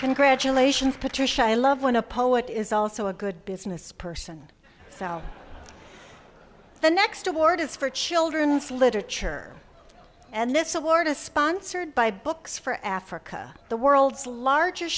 congratulations patricia i love when a poet is also a good business person the next award is for children's literature and this award is sponsored by books for africa the world's largest